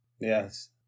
yes